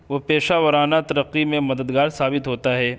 و پیشہ ورانہ ترقی میں مددگار ثابت ہوتا ہے